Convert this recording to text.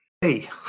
Hey